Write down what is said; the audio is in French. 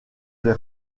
les